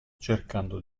cercando